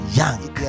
young